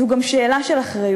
זו גם שאלה של אחריות,